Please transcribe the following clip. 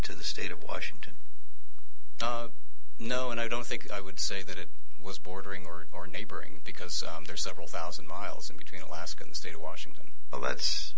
to the state of washington no and i don't think i would say that it was bordering or or neighboring because there are several thousand miles in between alaska in the state of washington well that's